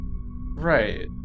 Right